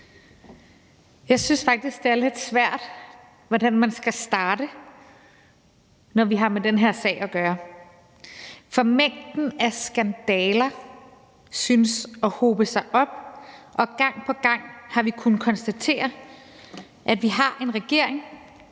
Jeg synes faktisk, det er lidt svært at beslutte, hvordan man skal starte, når vi har med den her sag at gøre, for mængden af skandaler synes at hobe sig op, og gang på gang har vi kunnet konstatere, at vi har en regering,